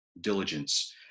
diligence